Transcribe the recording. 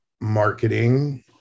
marketing